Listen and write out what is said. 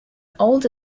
old